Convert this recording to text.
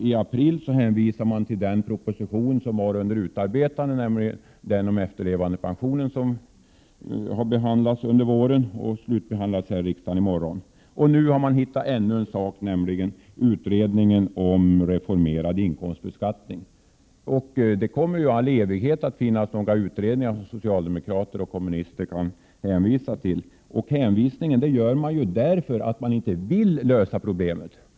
I april i år hänvisade man till den proposition som då var under utarbetande, nämligen propositionen om efterlevandepensionen. Denna proposition har ju varit föremål för behandling under våren och i morgon kommer den att slutbehandlas här i riksdagen. Nu har man hittat ännu en sak att hänvisa till, nämligen utredningen om en reformerad inkomstbeskattning. Men det kommer ju alltid att finnas utredningar som socialdemokrater och kommunister kan hänvisa till. Anledningen till att man hänvisar till sådana är att man inte vill lösa problemet.